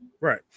Right